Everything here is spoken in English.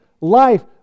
life